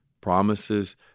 Promises